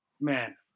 Man